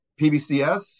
PBCS